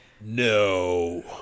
No